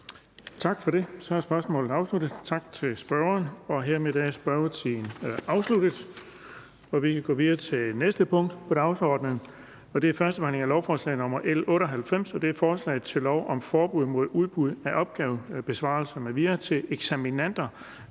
Tak for det. Så er spørgsmålet afsluttet. Tak til spørgeren. Hermed er spørgetiden afsluttet. --- Det næste punkt på dagsordenen er: 3) 1. behandling af lovforslag nr. L 98: Forslag til lov om forbud mod udbud af opgavebesvarelser m.v. til eksaminander